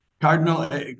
Cardinal